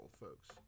folks